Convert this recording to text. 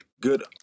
Good